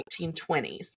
1920s